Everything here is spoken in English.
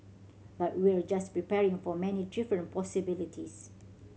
but we're just preparing for many different possibilities